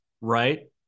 right